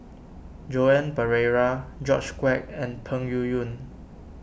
Joan Pereira George Quek and Peng Yuyun